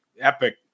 epic